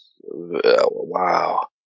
wow